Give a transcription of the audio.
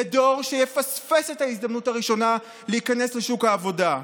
לדור שיפספס את ההזדמנות הראשונה להיכנס לשוק העבודה?